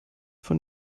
von